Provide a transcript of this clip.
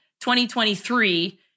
2023